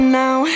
now